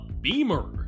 beamer